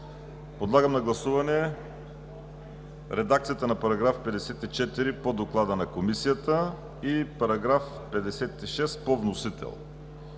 Подлагам на гласуване редакцията на § 54 по Доклада на Комисията и § 56 по вносител.